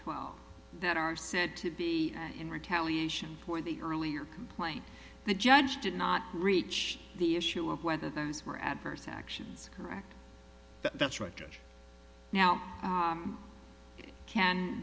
twelve that are said to be in retaliation for the earlier complaint the judge did not reach the issue of whether those were adverse actions correct that's right now